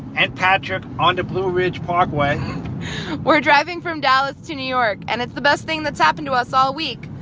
and patrick on the blue ridge parkway we're driving from dallas to new york. and it's the best thing that's happened to us all week.